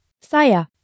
saya